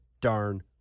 darn